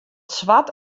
swart